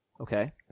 Okay